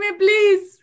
please